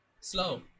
slow